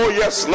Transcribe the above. yes